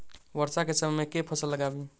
वर्षा केँ समय मे केँ फसल लगाबी?